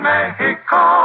Mexico